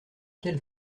quel